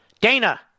Dana